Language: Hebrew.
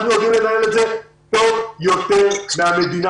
אנחנו יודעים לנהל את זה טוב יותר מן המדינה,